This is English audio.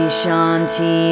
shanti